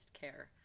care